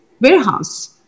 warehouse